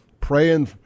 praying